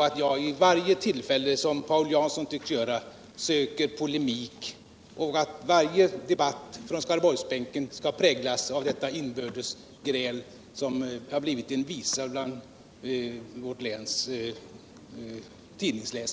att jag inte vid varje tillfälle, såsom Paul Jansson tycks göra, söker polemik så att varje inlägg från Skaraborgsbänken präglas av detta inbördes gräl, som har blivit en visa exempelvis bland vårt läns tidningsläsare.